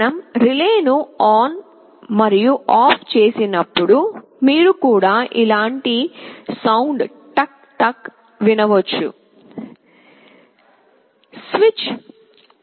మనం రిలే ను ఆన్ మరియు ఆఫ్ చేసినప్పుడు మీరు కూడా ఇలాంటి సౌండ్ టక్ టక్ టక్ టక్ వినవచ్చు